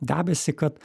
debesį kad